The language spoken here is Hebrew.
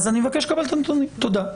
אז אני מבקש לקבל את הנתונים, תודה.